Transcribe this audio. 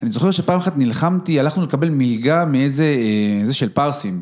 אני זוכר שפעם אחת נלחמתי, הלכנו לקבל מלגה מאיזה... זה של פרסים.